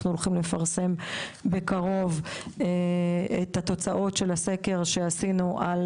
אנחנו הולכים לפרסם בקרוב את התוצאות של הסקר שעשינו על